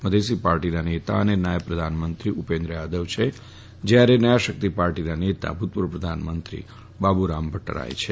મધેસી પાર્ટીના નેતા અને નાયબ પ્રધાનમંત્રી ઉપેન્દ્ર યાદવ છે જયારે નયા શકિત પાર્ટીના નેતા ભુતપુર્વ પ્રધાનમંત્રી બાબુરામ ભટૃરાય છે